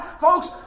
Folks